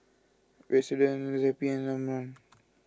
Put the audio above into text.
Redoxon Zappy and Omron